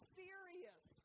serious